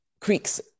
creeks